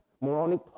moronic